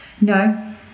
no